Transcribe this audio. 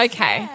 Okay